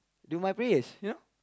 do my prayers you know